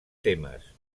temes